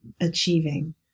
achieving